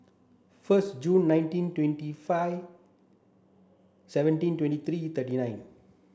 first June nineteen twenty five seventeen twenty three thirty nine